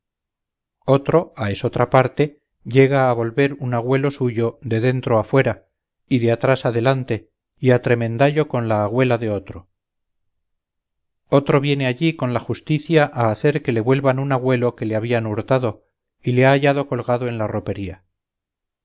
otro a esotra parte llega a volver un agüelo suyo de dentro afuera y de atrás adelante y a tremendallo con la agüela de otro otro viene allí con la justicia a hacer que le vuelvan un agüelo que le habían hurtado y le ha hallado colgado en la ropería